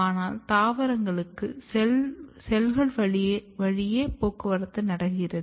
ஆனால் தாவரங்களுக்கு செல்கள் வழியே போக்குவரத்து நடக்கிறது